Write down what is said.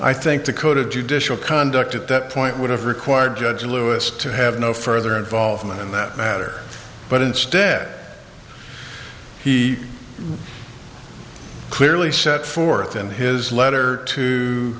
i think the code of judicial conduct at that point would have required judge lewis to have no further involvement in that matter but instead he clearly set forth in his letter to